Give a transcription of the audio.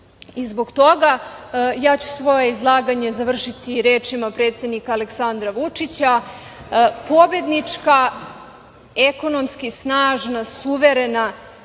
toga ja ću svoje izlaganje završiti rečima predsednika Aleksandra Vučića, pobednička, ekonomski snažna, suverena,